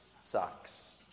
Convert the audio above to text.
sucks